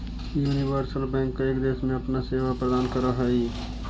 universal bank कईक देश में अपन सेवा प्रदान करऽ हइ